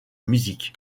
musique